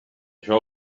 això